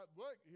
look